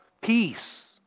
peace